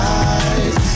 eyes